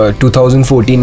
2014